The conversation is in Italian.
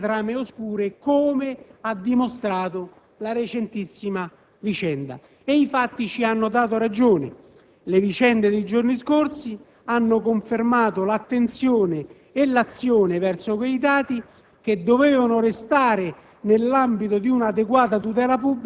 di taluni e anche di alcune trame oscure, come ha dimostrato la recentissima vicenda. Ed i fatti ci hanno dato ragione. Le vicende dei giorni scorsi hanno confermato l'attenzione e l'azione verso quei dati, che dovevano restare